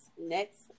next